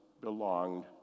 belonged